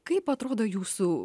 kaip atrodo jūsų